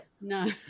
No